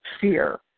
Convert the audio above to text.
fear